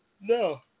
No